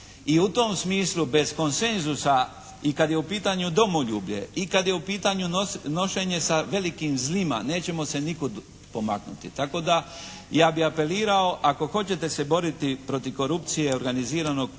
i u tom smislu bez konsenzusa i kad je u pitanju domoljublje i kad je u pitanju nošenje sa velikim zlima, nećemo se nikud pomaknuti, tako da ja bih apelirao ako hoćete se boriti protiv korupcije, organiziranog